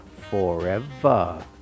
forever